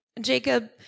Jacob